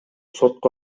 сотко